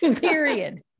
Period